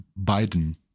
Biden